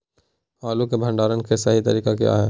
आलू के भंडारण के सही तरीका क्या है?